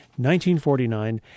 1949